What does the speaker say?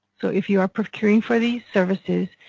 so if you're procuring for these services,